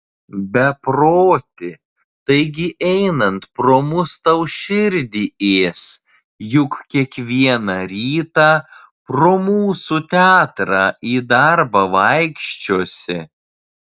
beproti taigi einant pro mus tau širdį ės juk kiekvieną rytą pro mūsų teatrą į darbą vaikščiosi